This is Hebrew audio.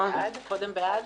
הצבעה בעד,